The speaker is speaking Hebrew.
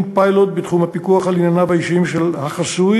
פיילוט בתחום הפיקוח על ענייניו האישיים של החסוי,